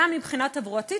גם מבחינה תברואתית,